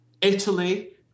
Italy